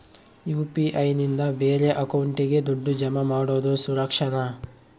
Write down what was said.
UPI ನಿಂದ ಬೇರೆ ಅಕೌಂಟಿಗೆ ದುಡ್ಡು ಜಮಾ ಮಾಡೋದು ಸುರಕ್ಷಾನಾ?